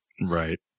Right